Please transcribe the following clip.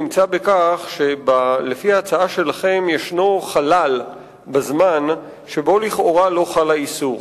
נמצא בכך שלפי ההצעה שלכם יש חלל בזמן שבו לכאורה לא חל האיסור.